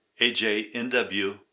AJNW